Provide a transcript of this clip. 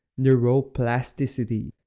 neuroplasticity